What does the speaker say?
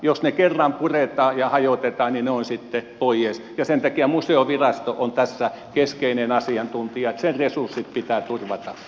jos ne kerran puretaan ja hajotetaan niin ne ovat sitten pois ja sen takia museovirasto on tässä keskeinen asiantuntija niin että sen resurssit pitää turvata